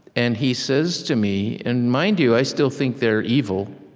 and he says to me and mind you, i still think they're evil.